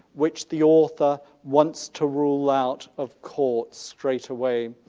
which the author wants to rule out of court straightaway.